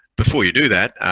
before you do that,